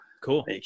Cool